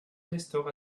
nestor